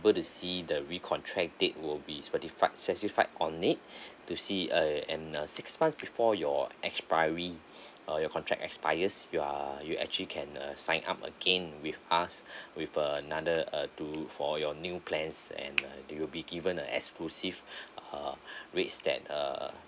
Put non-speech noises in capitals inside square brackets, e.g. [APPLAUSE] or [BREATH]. able to see the recontract date would be certified specified on it [BREATH] to see err and err six months before your expiry [BREATH] uh your contract expires you are you actually can uh sign up again with us [BREATH] with uh another uh deal for your new plans and uh you will be given the exclusive err rates that uh